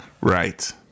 Right